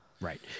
Right